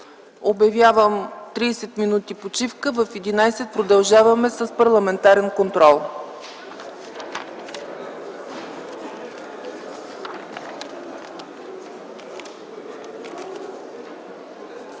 Обявявам 30 мин. почивка. В 11,00 ч. продължаваме с Парламентарен контрол.